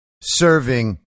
serving